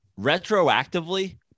retroactively